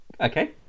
Okay